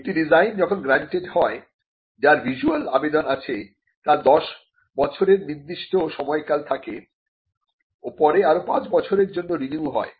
একটি ডিজাইন যখন গ্র্যান্টেড হয় যার ভিসুয়াল আবেদন আছে তা দশ বছরের নির্দিষ্ট সময়কাল থাকে ও পরে আরো পাঁচ বছরের জন্য রিনিউ হয়